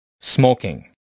Smoking